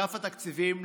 אגף התקציבים,